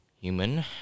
Human